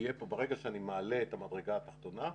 ברגע שאני מעלה את המדרגה התחתונה,